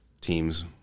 teams